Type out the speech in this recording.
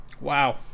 Wow